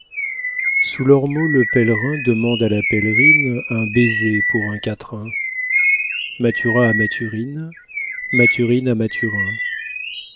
sous l'ormeau le pèlerin demande à la pèlerine un baiser pour un quatrain mathurin a mathurine mathurine a mathurin